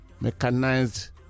mechanized